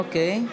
אוקיי.